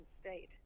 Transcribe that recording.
State